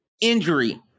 injury